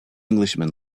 englishman